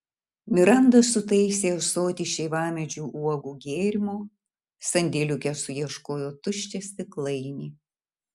miranda sutaisė ąsotį šeivamedžių uogų gėrimo sandėliuke suieškojo tuščią stiklainį